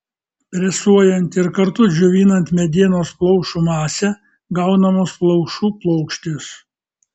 presuojant ir kartu džiovinant medienos plaušų masę gaunamos plaušų plokštės